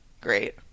great